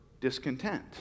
discontent